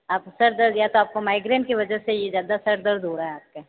अब सर दर्द या तो आपको माइग्रेन की वजह से ही ज़्यादा सर दर्द हो रहा है आपका